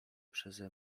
przeze